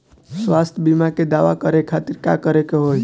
स्वास्थ्य बीमा के दावा करे के खातिर का करे के होई?